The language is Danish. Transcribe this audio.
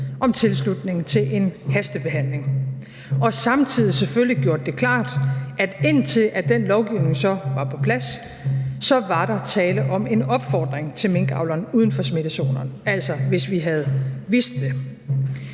om tilslutning til en hastebehandling og samtidig selvfølgelig gjort det klart, at indtil den lovgivning så var på plads, var der tale om en opfordring til minkavlerne uden for smittezonerne – altså, hvis vi havde vidst det.